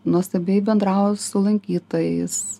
nuostabiai bendravo su lankytojais